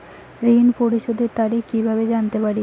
ঋণ পরিশোধের তারিখ কিভাবে জানতে পারি?